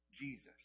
Jesus